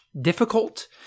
difficult